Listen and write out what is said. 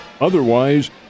Otherwise